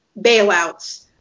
bailouts